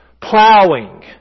Plowing